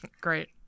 Great